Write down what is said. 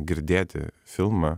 girdėti filmą